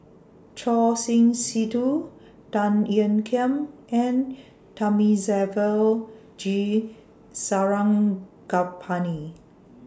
Choor Singh Sidhu Tan Ean Kiam and Thamizhavel G Sarangapani